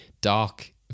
dark